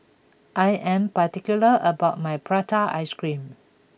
I am particular about my Prata Ice Cream